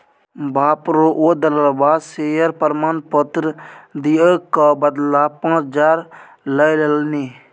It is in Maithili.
बाप रौ ओ दललबा शेयर प्रमाण पत्र दिअ क बदला पाच हजार लए लेलनि